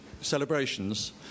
celebrations